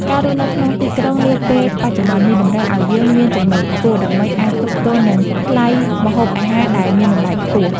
ការរស់នៅក្នុងទីក្រុងនាពេលបច្ចុប្បន្ននេះតម្រូវឱ្យយើងមានចំណូលខ្ពស់ ដើម្បីអាចទប់ទល់នឹងថ្លៃម្ហូបអាហារដែលមានតម្លៃខ្ពស់។